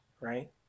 right